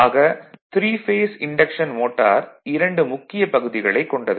ஆக three phase induction motor இரண்டு முக்கியப் பகுதிகளைக் கொண்டது